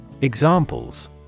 Examples